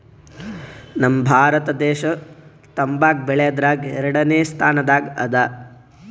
ನಮ್ ಭಾರತ ದೇಶ್ ತಂಬಾಕ್ ಬೆಳ್ಯಾದ್ರಗ್ ಎರಡನೇ ಸ್ತಾನದಾಗ್ ಅದಾ